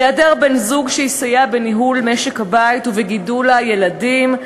בהיעדר בן-זוג שיסייע בניהול משק הבית ובגידול הילדים,